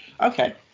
Okay